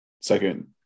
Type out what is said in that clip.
second